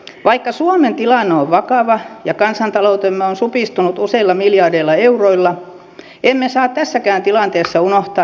vaikka suomen tilanne on vakava ja kansantaloutemme on supistunut useilla miljardeilla euroilla emme saa tässäkään tilanteessa unohtaa isänmaamme rakentajia